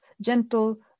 gentle